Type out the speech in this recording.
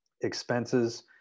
Expenses